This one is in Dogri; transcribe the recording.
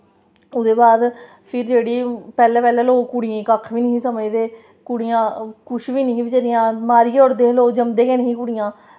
ओह्दे बाद पिर जेह्ड़ी पैह्लें पैह्लें लोग कुड़ियें गी कक्ख बी नेईं हे समझदे कुड़ियां किश बी नेईं हियां बचैरियां मारी ओड़दे हे जमदे गै नेईं हे कुड़ियां